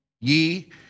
Ye